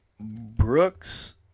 Brooks